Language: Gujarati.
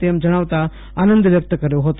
તેમ જણાવતાં આનંદ વ્યકત કર્યો હતો